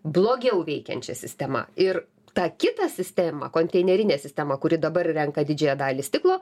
blogiau veikiančia sistema ir tą kitą sistemą konteinerinę sistemą kuri dabar renka didžiąją dalį stiklo